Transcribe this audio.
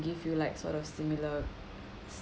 give you like sort of similar